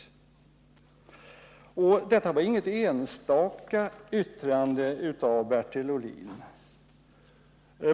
Detta var inget enstaka yttrande av Bertil Ohlin.